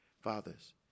Fathers